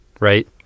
right